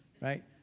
Right